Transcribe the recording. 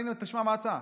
תשמע מה ההצעה.